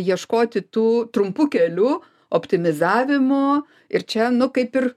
ieškoti tų trumpų kelių optimizavimo ir čia nu kaip ir